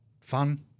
fun